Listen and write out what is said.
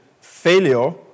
failure